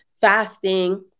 fasting